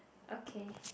okay